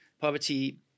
Poverty